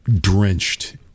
drenched